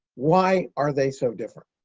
why are they so different?